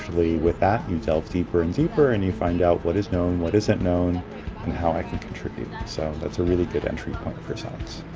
with that you delve deeper and deeper and you find out what is known what isn't known and how i can contribute so that's a really good entry point for science.